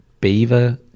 beaver